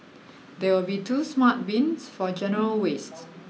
there will be two smart bins for general wastes